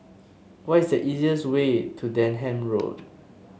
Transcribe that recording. what is the easiest way to Denham Road